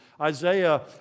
Isaiah